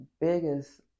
biggest